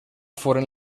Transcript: foren